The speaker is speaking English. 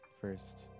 first